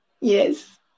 Yes